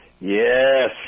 Yes